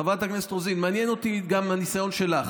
חברת הכנסת רוזין, מעניין אותי גם מהניסיון שלך,